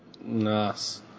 Nice